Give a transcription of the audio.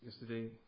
Yesterday